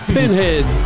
Pinhead